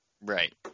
right